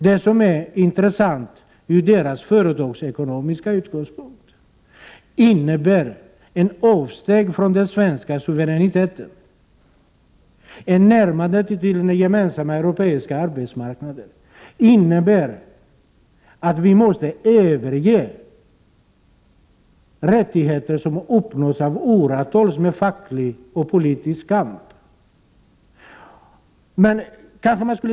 Det som är intressant ur deras företagsekonomiska utgångspunkter innebär ett avsteg från den svenska suveräniteten. Ett närmande till den gemensamma europeiska arbetsmarknaden innebär att Sverige måste överge rättigheter som har uppnåtts under åratal med facklig och politisk kamp.